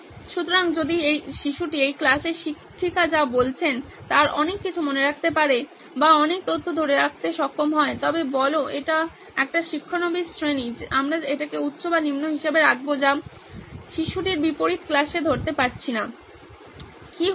সুতরাং যদি শিশুটি এই ক্লাসে শিক্ষক যা বলছে তার অনেক কিছু মনে রাখতে পারে বা অনেক তথ্য ধরে রাখতে সক্ষম হয় তবে বলুন এটি একটি শিক্ষানবীশ শ্রেণী আমরা এটিকে উচ্চ এবং নিম্ন হিসাবে রাখব যা বাচ্চাটির বিপরীত ক্লাসে ধরতে পারছি না কি হচ্ছে